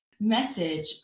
message